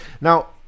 now